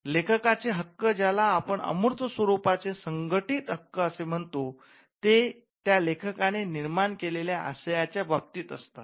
लेखकाचे हक्क ज्याला आपण अमूर्त स्वरूपाचे संघटित हक्क असे म्हणतो ते त्या लेखकाने निर्माण केलेल्या आशयाच्या बाबतीत असतात